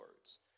words